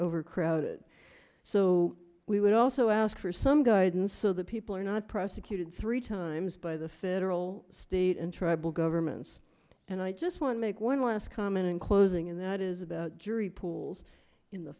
overcrowded so we would also ask for some guidance so that people are not prosecuted three times by the federal state and tribal governments and i just want to make one last comment in closing and that is about jury pools in the